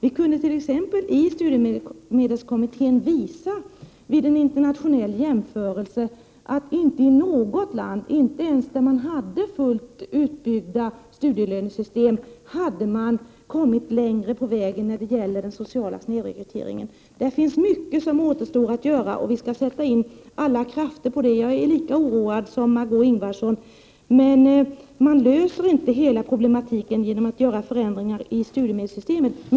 I studiemedelskommittén kunde vi t.ex. visa att det vid en internationell jämförelse framgår att man inte i något land, inte ens där man hade fullt utbyggda studielönesystem, hade kommit längre när det gäller den sociala snedrekryteringen. Det finns mycket som återstår att göra, och vi skall sätta in alla krafter. Jag är lika oroad som Margö Ingvardsson, men man löser inte alla problem genom att ändra studiemedelssystemet.